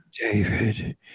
David